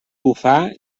bufar